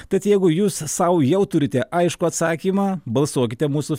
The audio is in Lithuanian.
tad jeigu jūs sau jau turite aiškų atsakymą balsuokite mūsų